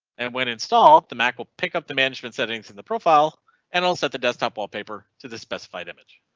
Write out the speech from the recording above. and when installed the mac will pick up the management settings in the profile and all set the desktop wallpaper to the specified image.